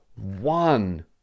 one